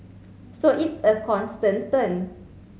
so it's a constant turn